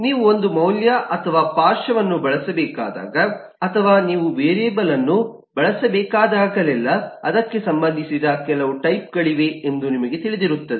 ನೀವು ಒಂದು ಮೌಲ್ಯ ಅಥವಾ ಪಾರ್ಶ್ವವನ್ನು ಬಳಸಬೇಕಾದಾಗ ಅಥವಾ ನೀವು ವೇರಿಯೇಬಲ್ ಅನ್ನು ಬಳಸಬೇಕಾದಾಗಲೆಲ್ಲಾ ಅದಕ್ಕೆ ಸಂಬಂಧಿಸಿದ ಕೆಲವು ಟೈಪ್ ಗಳಿವೆ ಎಂದು ನಿಮಗೆ ತಿಳಿದಿರುತ್ತದೆ